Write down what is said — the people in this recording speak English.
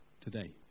Today